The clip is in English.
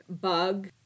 bug